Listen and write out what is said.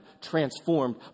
transformed